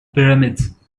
pyramids